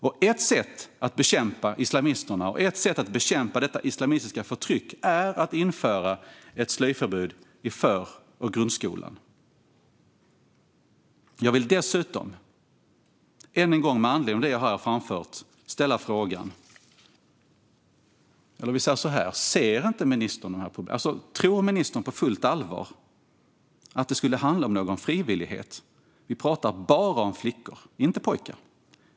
Ett sätt att bekämpa islamisterna och ett sätt att bekämpa detta islamistiska förtryck är att införa ett slöjförbud i för och grundskolan. Jag vill med anledning av det jag har framfört fråga: Ser inte ministern de här problemen? Tror ministern på fullt allvar att det skulle handla om någon frivillighet? Vi pratar bara om flickor, inte om pojkar.